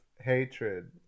hatred